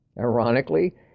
ironically